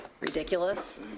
Ridiculous